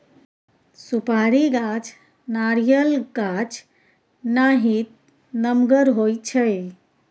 सुपारी गाछ नारियल गाछ नाहित नमगर होइ छइ